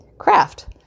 craft